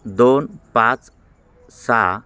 दोन पाच सहा